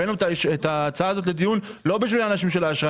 הבאנו את ההצעה הזאת לדיון לא בשביל האנשים של האשראי.